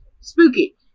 Spooky